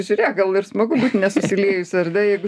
žiūrėk gal ir smagu būti nes išsiliejusiu ar ne jeigu